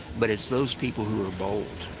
but it's those people who are bold,